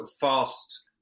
fast